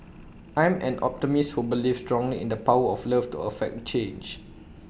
I'm an optimist who believes strongly in the power of love to effect change